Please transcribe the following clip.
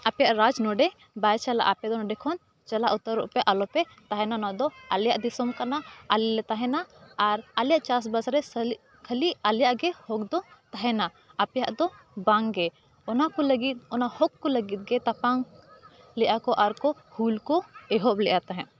ᱟᱯᱮᱭᱟᱜ ᱨᱟᱡᱽ ᱱᱚᱸᱰᱮ ᱵᱟᱭ ᱪᱟᱞᱟᱜ ᱟᱯᱮ ᱫᱚ ᱱᱚᱸᱰᱮ ᱠᱷᱚᱱ ᱪᱟᱞᱟᱜ ᱩᱛᱟᱹᱨᱚᱜ ᱯᱮ ᱟᱞᱚᱯᱮ ᱛᱟᱦᱮᱱᱟ ᱱᱚᱣᱟ ᱫᱚ ᱟᱞᱮᱭᱟᱜ ᱫᱤᱥᱚᱢ ᱠᱟᱱᱟ ᱟᱞᱮ ᱞᱮ ᱛᱟᱦᱮᱱᱟ ᱟᱨ ᱟᱞᱮᱭᱟᱜ ᱪᱟᱥᱵᱟᱥ ᱨᱮ ᱠᱷᱟᱹᱞᱤ ᱟᱞᱮᱭᱟᱜ ᱜᱮ ᱦᱚᱠ ᱫᱚ ᱛᱟᱦᱮᱱᱟ ᱟᱯᱮᱭᱟᱜ ᱫᱚ ᱵᱟᱝᱜᱮ ᱚᱱᱟ ᱠᱚ ᱞᱟᱹᱜᱤᱫ ᱚᱱᱟ ᱦᱚᱠ ᱠᱚ ᱞᱟᱹᱜᱤᱫ ᱜᱮ ᱛᱟᱯᱟᱢ ᱞᱮᱫᱟ ᱠᱚ ᱟᱨ ᱠᱚ ᱦᱩᱞ ᱠᱚ ᱮᱦᱚᱵ ᱞᱮᱫᱟ ᱛᱟᱦᱮᱸᱫ